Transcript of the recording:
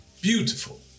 beautiful